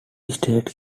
state